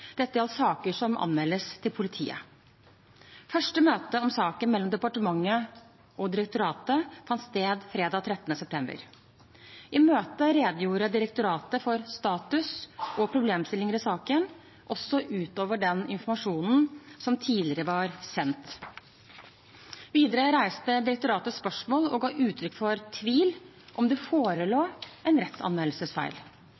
Dette gjaldt saker som anmeldes til politiet. Første møte om saken mellom departementet og direktoratet fant sted fredag 13. september. I møtet redegjorde direktoratet for status og problemstillinger i saken, også utover den informasjonen som tidligere var sendt. Videre reiste direktoratet spørsmål og ga uttrykk for tvil om det